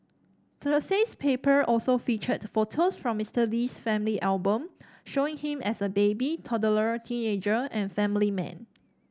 Thursday's paper also featured photo from Mister Lee's family album showing him as a baby toddler teenager and family man